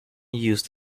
used